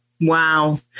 Wow